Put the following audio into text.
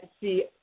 see